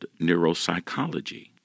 neuropsychology